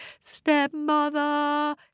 Stepmother